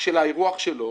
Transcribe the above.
של האירוח שלו.